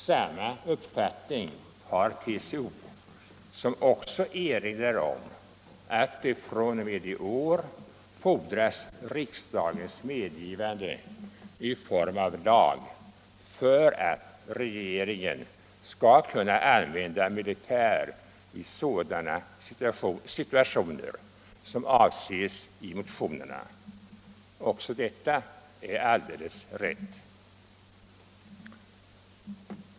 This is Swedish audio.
Samma uppfattning har TCO, som även erinrar om att det fr.o.m. i år fordras riksdagens medgivande i form av lag för att regeringen skall kunna använda militär i sådana situationer som avses i motionerna. Också detta är alldeles rätt.